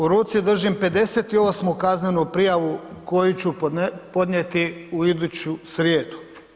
U ruci držim 58. kaznenu prijavu koju ću podnijetu u idući srijedu.